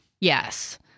Yes